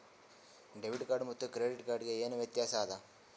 Debit ಮತ್ತ credit card ಗೆ ಏನ ವ್ಯತ್ಯಾಸ ಆದ?